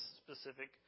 specific